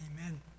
Amen